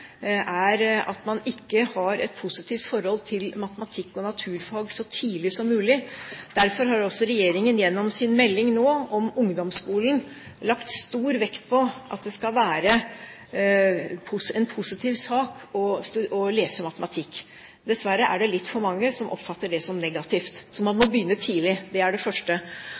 er at man ikke har et positivt forhold til matematikk og naturfag så tidlig som mulig. Derfor har også regjeringen nå gjennom sin melding om ungdomsskolen lagt stor vekt på at det skal være en positiv sak å lese matematikk. Dessverre er det litt for mange som oppfatter det som negativt. Så man må begynne tidlig. Det er det første.